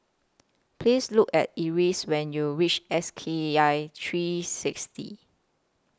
Please Look At Eris when YOU REACH S K I three six D